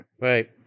Right